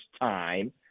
time